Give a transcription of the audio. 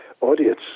audience